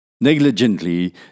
Negligently